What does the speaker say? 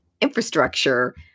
infrastructure